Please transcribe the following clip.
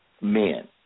men